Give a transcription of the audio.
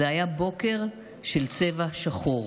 זה היה בוקר של צבע שחור.